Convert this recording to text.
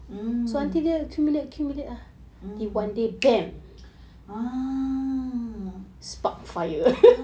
mmhmm mmhmm um